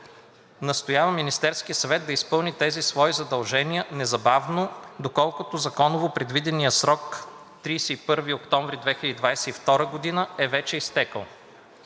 Настоява Министерският съвет да изпълни тези свои задължения незабавно, доколкото законово предвиденият срок 31 октомври 2022 г. е вече изтекъл.“